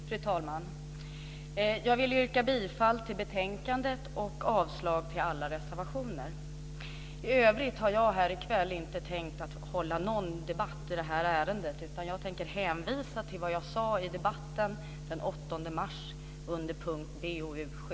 Fru talman! Jag yrkar bifall till utskottets förslag i betänkandet samt avslag på alla reservationer. I övrigt hade jag inte tänkt mig någon debatt i kväll i ärendet. I stället hänvisar jag till vad jag sade i debatten den 8 mars i samband med behandlingen av betänkande BoU7.